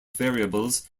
variables